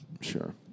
Sure